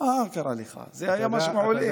מה קרה לך, זה היה משהו מעולה.